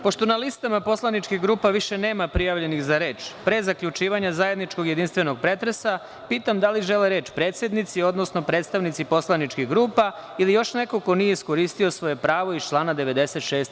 Pošto na listama poslaničkih grupa više nema prijava za reč, pre zaključivanja zajedničkog jedinstvenog pretresa pitam da li žele reč predsednici, odnosno predstavnici poslaničkih grupa ili još neko ko nije iskoristio svoje pravo iz člana 96.